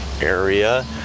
area